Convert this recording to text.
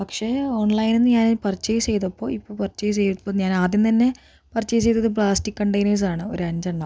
പക്ഷെ ഓൺലൈനെന്ന് ഞാന് പർച്ചേസെയ്തപ്പോൾ ഇപ്പോൾ പർച്ചേസെയ്തപ്പോൾ ഞാനാദ്യം തന്നെ പർച്ചേസെയ്തത് പ്ലാസ്റ്റിക് കണ്ടൈനേഴ്സാണ് ഒരഞ്ചെണ്ണം